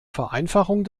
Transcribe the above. vereinfachung